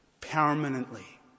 permanently